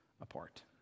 apart